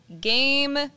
Game